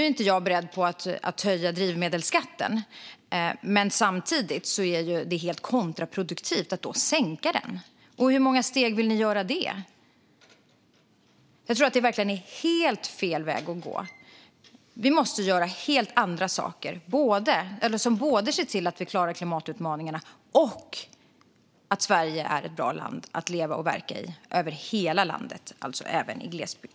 Nu är inte jag beredd att höja drivmedelsskatten. Men samtidigt är det helt kontraproduktivt att sänka den. I hur många steg vill ni göra det? Det är verkligen helt fel väg att gå. Vi måste göra helt andra saker som ser till att vi både klarar klimatutmaningarna och att Sverige är ett bra land att leva och verka i över hela landet och även i glesbygd.